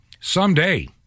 Someday